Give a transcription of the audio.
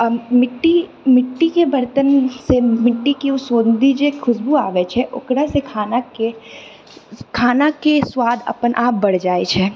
मिट्टी मिट्टीके बर्तनसँ मिट्टी की ओ सोन्धी जे खुशबू आबैत छै ओकरासँ खानाके खानाके स्वाद अपनहि आप बढ़ि जाइत छै